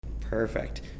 Perfect